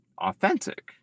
authentic